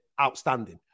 Outstanding